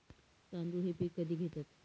तांदूळ हे पीक कधी घेतात?